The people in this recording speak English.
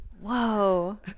whoa